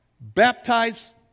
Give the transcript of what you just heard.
baptize